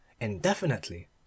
indefinitely